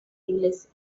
iglesia